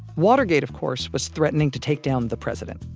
watergate, of course, was threatening to take down the president,